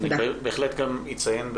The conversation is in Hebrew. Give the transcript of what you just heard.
בהחלט גם אציין,